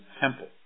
temple